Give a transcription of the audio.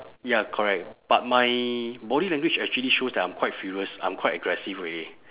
ya correct but my body language actually shows that I'm quite furious I'm quite aggressive already